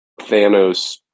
Thanos